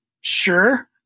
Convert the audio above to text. sure